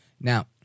Now